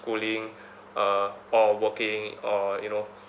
schooling uh or working or you know